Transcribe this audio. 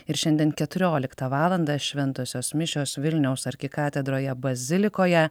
ir šiandien keturioliktą valandą šventosios mišios vilniaus arkikatedroje bazilikoje